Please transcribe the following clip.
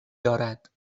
دارد